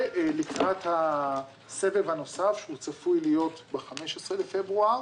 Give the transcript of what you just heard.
לקראת הסבב הנוסף, שהוא צפוי להיות ב-15 לפברואר,